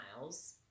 miles